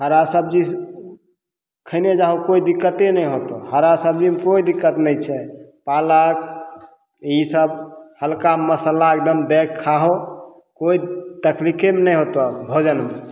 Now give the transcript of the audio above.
हरा सब्जी खयने जाहो कोइ दिक्कते नहि होतऽ हरा सब्जीमे कोइ दिक्कते नहि छै पालक ईसब हल्का मसल्ला एकदम दएके खाहो कोइ तकलीफे नहि होतऽ भोजनमे